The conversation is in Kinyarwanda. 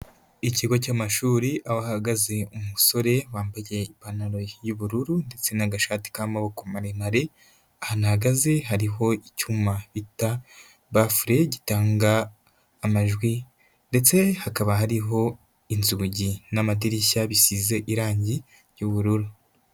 Ikigo cy'amashuri aho hahagaze umusore wambaye ipantaro y'ubururu ndetse n'agashati k'amaboko maremare, ahantu ahagaze hariho icyuma bita bafure gitanga amajwi ndetse hakaba hariho inzugi n'amadirishya bisize irangi ry'ubururu.